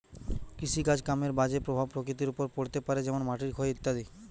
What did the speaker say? কৃষিকাজ কামের বাজে প্রভাব প্রকৃতির ওপর পড়তে পারে যেমন মাটির ক্ষয় ইত্যাদি